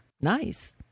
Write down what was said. Nice